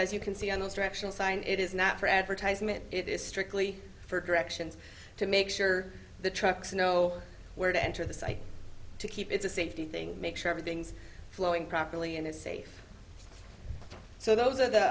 signed it is not for advertisement it is strictly for directions to make sure the trucks know where to enter the site to keep it's a safety thing make sure everything's flowing properly and it's safe so those are the